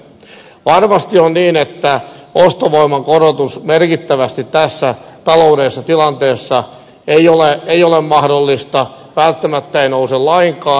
varmasti on niin että ostovoiman korotus merkittävästi tässä taloudellisessa tilanteessa ei ole mahdollista välttämättä ei nouse lainkaan